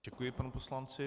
Děkuji panu poslanci.